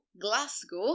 Glasgow